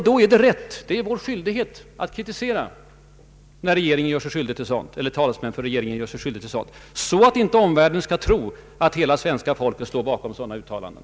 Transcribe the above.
Det är vår rätt och vår skyldighet att kritisera när talesmän för regeringen gör sig skyldiga till sådant, så att inte omvärlden skall tro att hela svenska folket står bakom dylika uttalanden.